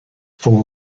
full